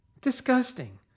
Disgusting